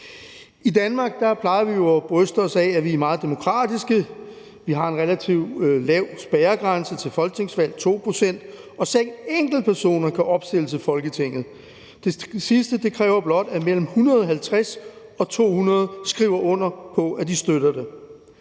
I Danmark plejer vi jo at bryste os af, at vi er meget demokratiske. Vi har en relativt lav spærregrænse til folketingsvalg på 2 pct., og selv enkeltpersoner kan opstille til Folketinget. Det sidste kræver blot, at mellem 150 og 200 skriver under på, at de støtter det.